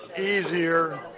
easier